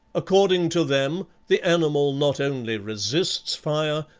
according to them, the animal not only resists fire,